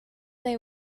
they